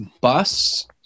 bus